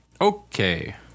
Okay